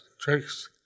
tricks